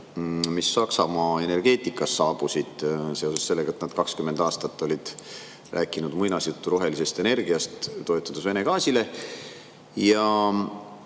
mis Saksamaa energeetikas saabusid seoses sellega, et nad 20 aastat olid rääkinud muinasjuttu rohelisest energiast, toetudes Vene gaasile.